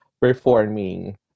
performing